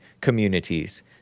communities